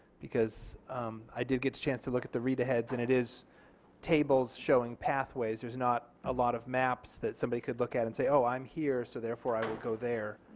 because i did get the chance to look at the rita heads and it is tables showing pathways there is not a lot of maps that somebody could look at and say i am here so therefore i would go there.